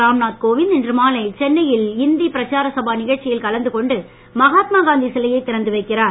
ராம்நாத் கோவிந்த் இன்று மாலை சென்னையில் இந்தி பிரச்சார சபா நிகழ்ச்சியில் கலந்து கொண்டு மகாத்மா காந்தி சிலையை திறந்து வைக்கிறார்